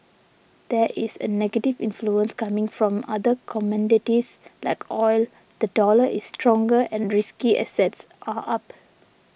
there is a negative influence coming from other commodities like oil the dollar is stronger and risky assets are up